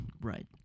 Right